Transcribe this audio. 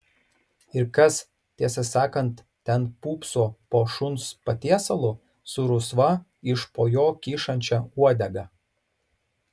ir kas tiesą sakant ten pūpso po šuns patiesalu su rusva iš po jo kyšančia uodega